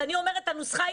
הנוסחה היא